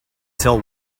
till